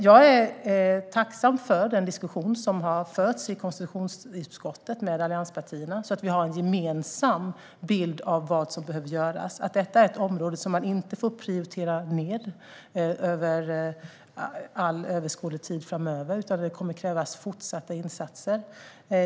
Jag är tacksam för den diskussion som har förts i konstitutionsutskottet med allianspartierna, så att vi har en gemensam bild av vad som behöver göras. Detta är ett område som man inte får prioritera ned under överskådlig tid, utan det kommer att krävas fortsatta insatser.